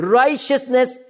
righteousness